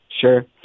Sure